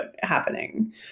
happening